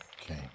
Okay